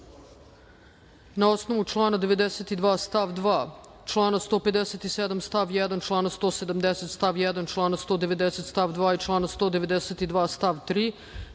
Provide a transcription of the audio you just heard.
na osnovu člana 92. stav 2, člana 157. stav 1, člana 170. stav 1, člana 190. stav 2. i člana 192. stav 3,